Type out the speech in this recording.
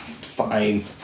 Fine